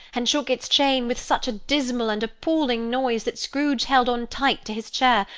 and shook its chain with such a dismal and appalling noise, that scrooge held on tight to his chair,